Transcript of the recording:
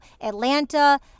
Atlanta